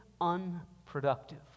unproductive